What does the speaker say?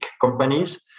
companies